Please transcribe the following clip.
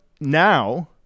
now